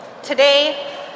Today